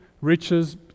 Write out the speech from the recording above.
riches